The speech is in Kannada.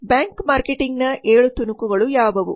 ಬ್ಯಾಂಕ್ ಮಾರ್ಕೆಟಿಂಗ್ನ 7 ತುಣುಕುಗಳು ಯಾವುವು